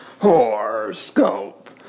horoscope